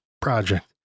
project